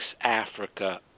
Africa